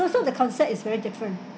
that's why the concept is very different